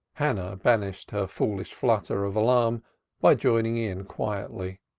hannah banished her foolish flutter of alarm by joining in quietly,